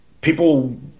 people